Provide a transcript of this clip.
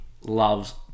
loves